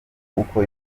uko